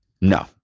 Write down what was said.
No